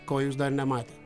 ko jūs dar nematėt